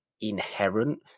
inherent